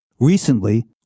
Recently